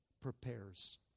prepares